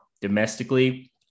domestically